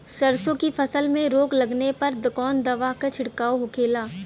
सरसों की फसल में रोग लगने पर कौन दवा के छिड़काव होखेला?